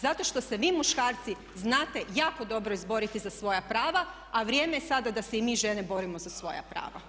Zato što se vi muškarci znate jako dobro izboriti za svoja prava a vrijeme je sada da se i mi žene borimo za svoja prava.